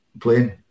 playing